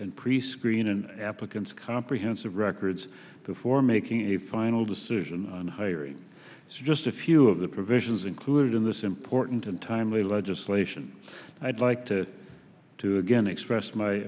and prescreen an applicant's comprehensive records before making a final decision on hiring just a few of the provisions included in this important and timely legislation i'd like to again express my